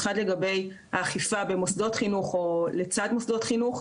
אחד לגבי האכיפה במוסדות חינוך או לצד מוסדות חינוך,